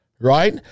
Right